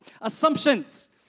assumptions